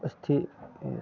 पक्षी हैं